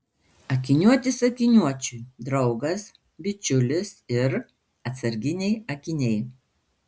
akiniuotis akiniuočiui draugas bičiulis ir atsarginiai akiniai